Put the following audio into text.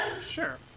Sure